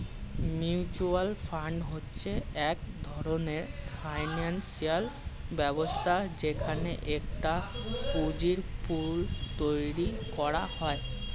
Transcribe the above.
mutual fund হচ্ছে এক ধরণের ফিনান্সিয়াল ব্যবস্থা যেখানে একটা পুঁজির পুল তৈরী করা হয়